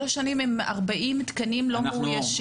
שלוש שנים עם 40 תקנים לא מאוישים?